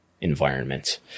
environment